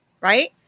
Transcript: right